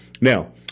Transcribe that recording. Now